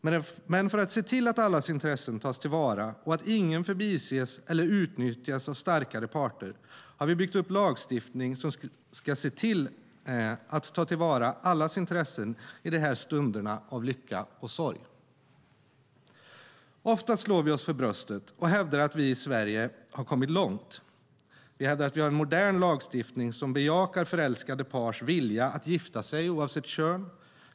Men för att se till att allas intressen tas till vara och att ingen förbises eller utnyttjas av starkare parter har vi byggt upp lagstiftning som ska se till att ta till vara allas intressen i de här stunderna av lycka och sorg. Ofta slår vi oss för bröstet och hävdar att vi i Sverige har kommit långt. Vi hävdar att vi har en modern lagstiftning som bejakar förälskade pars vilja att gifta sig oavsett kön.